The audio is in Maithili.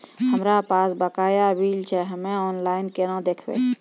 हमरा पास बकाया बिल छै हम्मे ऑनलाइन केना देखबै?